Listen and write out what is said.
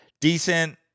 Decent